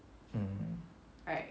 mm